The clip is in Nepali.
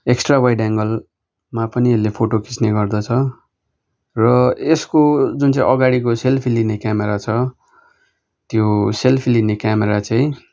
एक्सट्रा वाइड एङ्गलमा पनि फोटो खिच्ने गर्दछ र यसको जुन चाहिँ अगाडिको सेल्फी लिने क्यामेरा छ त्यो सेल्फी लिने क्यामेरा चाहिँ